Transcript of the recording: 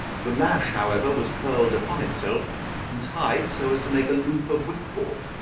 the lash, however, was curled upon itself and tied so as to make a loop of whipcord.